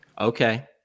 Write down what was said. Okay